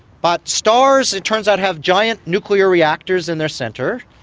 but stars, it turns out, have giant nuclear reactors in their centre,